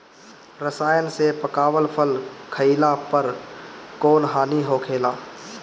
रसायन से पकावल फल खइला पर कौन हानि होखेला?